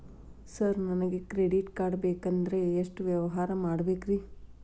Sir ನನಗೆ credit card ಬೇಕಂದ್ರೆ ಎಷ್ಟು ವ್ಯವಹಾರ ಮಾಡಬೇಕ್ರಿ?